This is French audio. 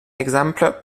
exemple